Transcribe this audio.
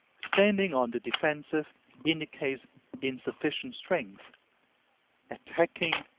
standing on the defensive indicates insufficient strength attacking,